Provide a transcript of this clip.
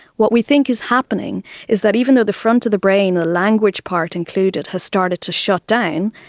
what we think is happening is that even though the front of the brain, the language part included has started to shut down,